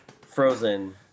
frozen